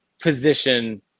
position